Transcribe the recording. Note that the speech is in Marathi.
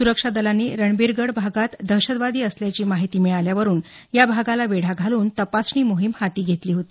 सुरक्षादलांनी रणबीरगड भागात दहशतवादी असल्याची माहिती मिळाल्यावरून या भागाला वेढा घालून तपासणी मोहीम हाती घेतली होती